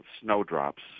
snowdrops